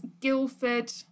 Guildford